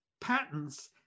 patents